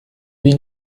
wie